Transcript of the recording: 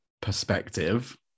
perspective